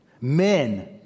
Men